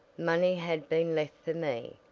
money had been left for me,